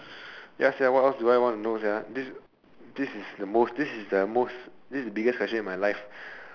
ya sia what else do I want to know sia this this is the most this is the most this is the biggest question in my life